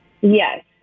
Yes